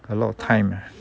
a lot of time ah